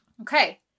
Okay